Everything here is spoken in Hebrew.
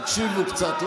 אולי תקשיב לי קצת,